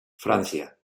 francia